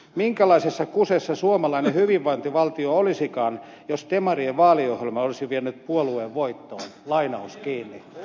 minkälaisessa kusessa suomalainen hyvinvointivaltio olisikaan jos demarien vaaliohjelma olisi vienyt puolueen voittoon